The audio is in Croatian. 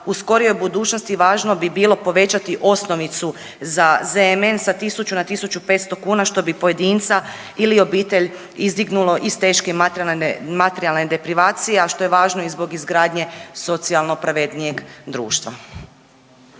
u skorijoj budućnosti važno bi bilo povećati osnovicu za ZMN sa 1000 na 1500 kuna, što bi pojedinca ili obitelj izdignulo iz teške materijalne deprivacije, a što je važno i zbog izgradnje socijalno pravednijeg društva.